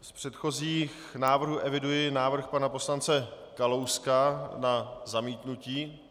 Z předchozích návrhů eviduji návrh pana poslance Kalouska na zamítnutí.